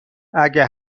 اگه